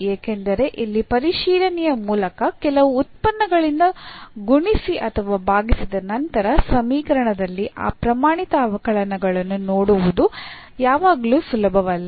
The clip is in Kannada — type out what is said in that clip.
ಏಕೆಂದರೆ ಇಲ್ಲಿ ಪರಿಶೀಲನೆಯ ಮೂಲಕ ಕೆಲವು ಉತ್ಪನ್ನಗಳಿಂದ ಗುಣಿಸಿ ಅಥವಾ ಭಾಗಿಸಿದ ನಂತರ ಸಮೀಕರಣದಲ್ಲಿ ಆ ಪ್ರಮಾಣಿತ ಅವಕಲನಗಳನ್ನು ನೋಡುವುದು ಯಾವಾಗಲೂ ಸುಲಭವಲ್ಲ